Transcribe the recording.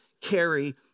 carry